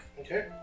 Okay